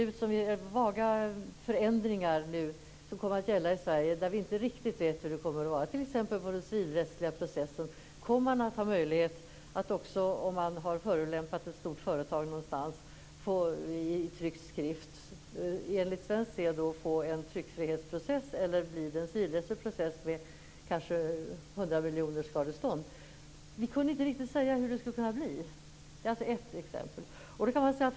Det är vaga förändringar som kommer att gälla i Sverige. Vi vet inte riktigt vet vad de kommer att innebära, t.ex. när det gäller den civilrättsliga processen. Kommer man att ha möjlighet, om man i skrift har förolämpat ett stort företag någonstans, att enligt svensk sed få en tryckfrihetsprocess, eller blir det en civilrättslig process med kanske hundramiljonersskadestånd? Vi kunde inte riktigt säga hur det skulle bli. Detta är ett exempel.